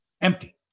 empty